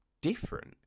different